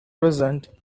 present